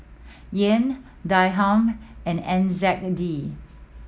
Yen Dirham and N Z D